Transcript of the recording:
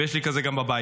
ויש לי כזה בבית,